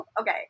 okay